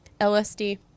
LSD